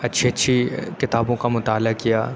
اچھے اچھی کتابوں کا مطالعہ کیا